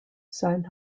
sein